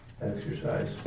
exercise